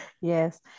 Yes